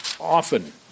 Often